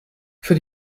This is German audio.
für